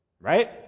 Right